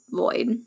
void